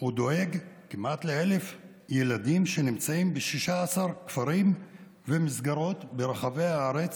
הוא דואג כמעט ל-1,000 ילדים שנמצאים ב-16 כפרים ומסגרות ברחבי הארץ,